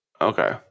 Okay